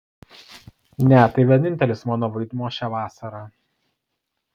ne tai vienintelis mano vaidmuo šią vasarą